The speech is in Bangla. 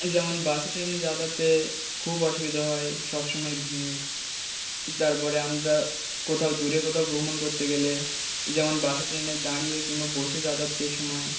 যেমন বাসে ট্রেনে যাতায়াতে খুব অসুবিধা হয় সব সময় ভিড় তারপরে আমরা কোথাও দূরে কোথাও ভ্রমণ করতেে গেলে যেমন বাসে ট্রেনে দাঁড়িয়ে কিংবা বাসে যাত্রার সময়